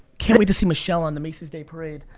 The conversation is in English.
can't wait to see michelle on the macy's day parade.